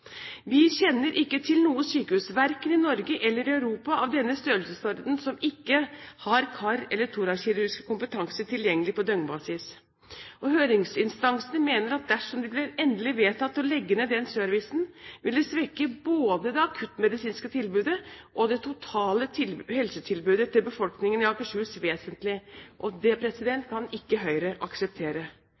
Vi kjenner ikke til noe sykehus, verken i Norge eller i Europa, av denne størrelsesorden som ikke har kar- eller torakskirurgisk kompetanse tilgjengelig på døgnbasis. Høringsinstansene mener at dersom det blir endelig vedtatt å legge ned den servicen, vil det svekke både det akuttmedisinske tilbudet og det totale helsetilbudet til befolkningen i Akershus vesentlig. Det kan ikke Høyre akseptere.